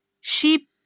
sheep